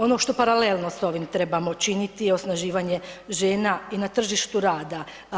Ono što paralelno s ovim trebamo činiti je osnaživanje žena i na tržištu rada.